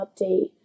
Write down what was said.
update